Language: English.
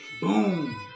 boom